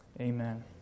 amen